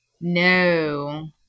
No